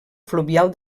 fluvial